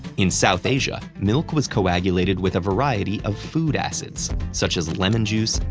in south asia, milk was coagulated with a variety of food acids, such as lemon juice,